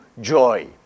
joy